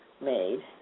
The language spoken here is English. made